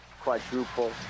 quadruple